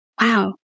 Wow